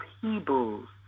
Hebrews